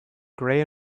gray